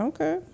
Okay